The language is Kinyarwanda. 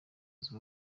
z’u